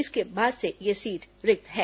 इसके बाद से यह सीट रिक्त है